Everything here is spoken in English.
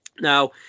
Now